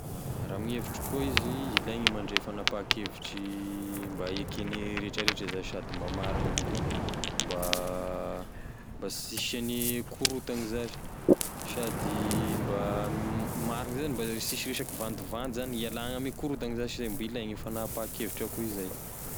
Raha amign'evitriko koa izy da ilaigny mandray fagnapahan-kevitry mba ekene rehetra rehetra zany sady mba marigny avao koa mba sy hisiagn'ny korontany zash sady mba m- marigny amzay zany sisy resaky vandivandy zany ialagna ame korontany zash zay mba ilaigny e fanampahan-kevitry akoa izay.